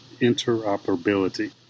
interoperability